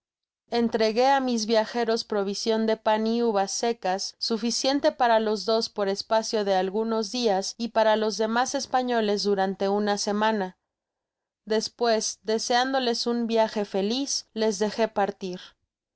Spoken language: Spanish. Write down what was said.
entregué ámis viajeros provision de pan y uvas seeas suficiente para los dos por espacio de algunos dias y para los demas españoles durante una semana despues deseándoles un viaje feliz les dejé partir